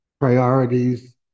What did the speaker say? priorities